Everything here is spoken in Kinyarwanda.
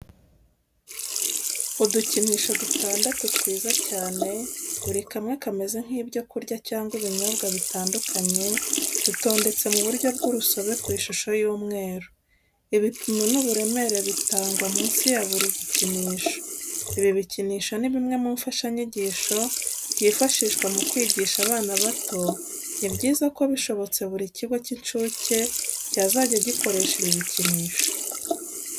Udukinisho dutandatu twiza cyane, buri kamwe kameze nk'ibyo kurya cyangwa ibinyobwa bitandukanye, dutondetse mu buryo bw'urusobe ku ishusho y'umweru. Ibipimo n'uburemere bitangwa munsi ya buri gikinisho. Ibi bikinisho ni bimwe mu mfashanyigisho byifashishwa mu kwigisha abana bato, ni byiza ko bishobotse buri kigo cy'incuke cyazajya gikoresha ibi bikinisho.